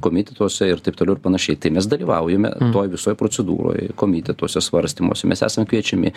komitetuose ir taip toliau ir panašiai tai mes dalyvaujame toj visoj procedūroj komitetuose svarstymuose mes esam kviečiami